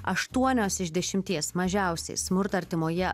aštuonios iš dešimties mažiausiai smurtą artimoje